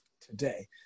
today